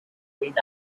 green